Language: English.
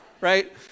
right